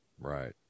Right